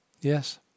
Yes